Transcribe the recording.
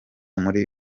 muri